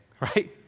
right